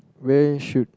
where should